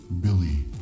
Billy